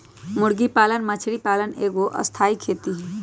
मुर्गी पालन मछरी पालन एगो स्थाई खेती हई